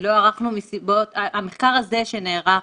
המחקר הזה שנערך,